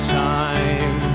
time